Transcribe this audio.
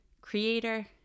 creator